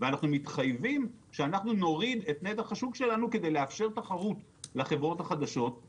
אם אנחנו רוצים להקל על לקוחות ולאפשר להם לחיות כמו